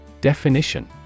Definition